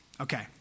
Okay